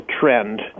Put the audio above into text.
trend